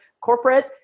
corporate